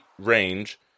range